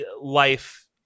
life